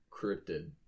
cryptid